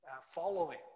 following